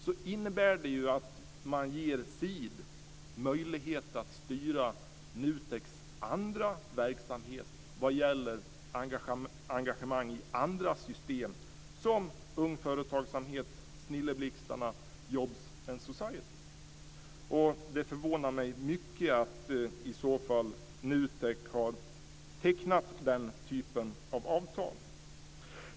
Det innebär ju att man ger CEED möjlighet att styra NUTEK:s andra verksamhet vad gäller engagemang i andra system som Ung Företagsamhet, Snilleblixtarna och Jobs and Society, och i så fall förvånar det mig mycket att NUTEK har tecknat den typen av avtal.